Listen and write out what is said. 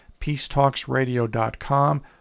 peacetalksradio.com